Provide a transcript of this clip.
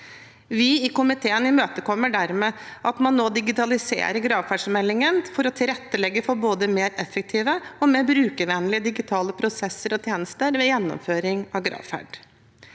Vi i komiteen imøtekommer dermed at man nå digitaliserer gravferdsmeldingen for å tilrettelegge for både mer effektive og mer brukervennlige digitale prosesser og tjenester ved gjennomføring av gravferd.